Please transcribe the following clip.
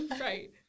Right